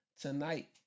tonight